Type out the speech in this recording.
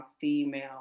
female